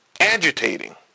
agitating